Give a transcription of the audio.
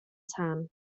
tân